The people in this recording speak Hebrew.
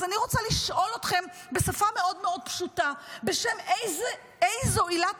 אז אני רוצה לשאול אתכם בשפה מאוד מאוד פשוטה: בשם איזו עילת